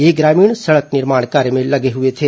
ये ग्रामीण सड़क निर्माण कार्य में लगे हए थे